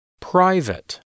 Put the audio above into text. Private